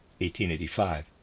1885